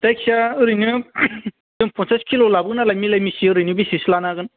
जायखिजाया ओरैनो पन्सास किल' लाबोगोन नालाय ओरैनो मिलाय मिसि ओरैनो बेसेसो लानो हागोन